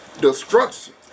Destruction